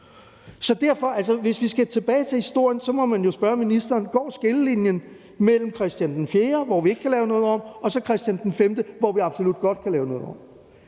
må man jo, hvis vi skal tilbage til historien, spørge ministeren: Går skillelinjen mellem Christian IV, hvor vi ikke kan lave noget om, og så Christian V, hvor vi absolut godt kan lave noget om?